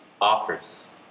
offers